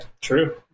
true